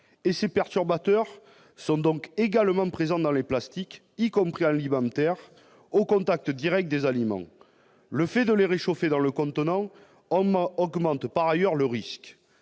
Ces perturbateurs endocriniens sont également présents dans les plastiques, y compris alimentaires, au contact direct des aliments. Les réchauffer dans le contenant augmente par ailleurs le risque.